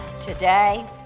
today